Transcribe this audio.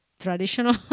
traditional